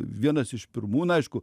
vienas iš pirmų na aišku